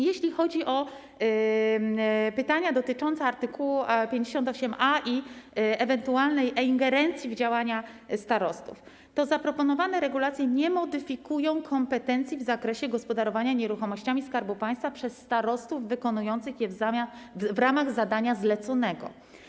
Jeśli chodzi o pytania dotyczące art. 58a i ewentualnej e-ingerencji w działania starostów, to zaproponowane regulacje nie modyfikują kompetencji w zakresie gospodarowania nieruchomościami Skarbu Państwa przez starostów wykonujących je w ramach zadania zleconego.